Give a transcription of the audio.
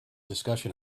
discussion